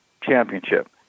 championship